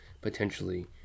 potentially